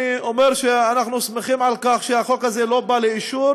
אני אומר שאנחנו שמחים על כך שהחוק הזה לא בא לאישור,